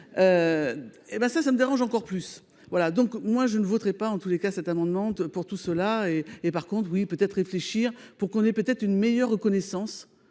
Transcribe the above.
Hé ben ça ça me dérange encore plus. Voilà donc moi je ne voudrais pas en tous les cas, cet amendement pour tout cela, et et par contre oui peut être réfléchir pour qu'on ait peut-être une meilleure reconnaissance